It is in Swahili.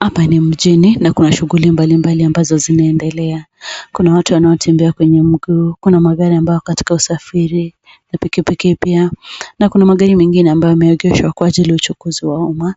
Hapa ni mjini na kuna shughuli mbalimbali ambazo zinaendelea. Kuna watu wanaotembea kwenye mguu. Kuna magari ambao yako katika usafiri, na pikipiki pia na kuna magari mengine ambayo yameegeshwa kwa ajili ya uchukuzi wa umma.